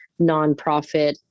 nonprofit